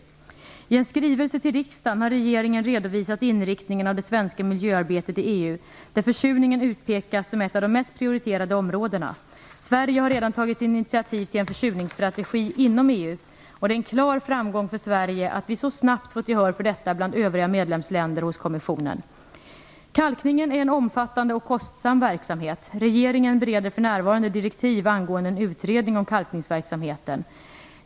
I en skrivelse till riksdagen har regeringen redovisat inriktningen av det svenska miljöarbetet i EU där försurningen utpekas som ett av de mest prioriterade områdena. Sverige har redan tagit initiativ till en försurningsstrategi inom EU, och det är en klar framgång för Sverige att vi så snabbt fått gehör för detta bland övriga medlemsländer och hos kommissionen. Kalkningen är en omfattande och kostsam verksamhet. Regeringen bereder för närvarande direktiv angående en utredning av kalkningsverksamheten.